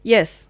Yes